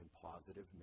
Positive